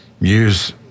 use